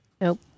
Nope